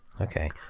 Okay